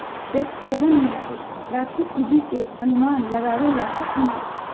tax haven में राखी पूंजी के अनुमान लगावे ला कठिन हई